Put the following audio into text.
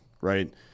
right